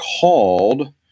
called